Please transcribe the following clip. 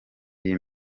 iyi